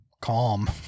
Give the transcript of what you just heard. Calm